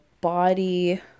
body